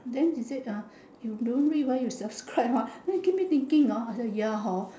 then he said ah you don't read why you subscribe ah then give me thinking I said ya hor